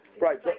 Right